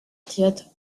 théâtre